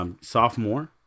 Sophomore